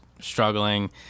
struggling